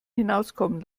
hinauskommen